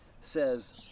says